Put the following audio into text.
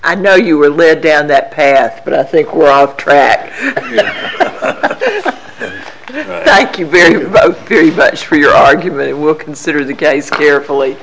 i know you were led down that path but i think we're out track thank you very much for your argument it will consider the case carefully